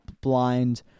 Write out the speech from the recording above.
blind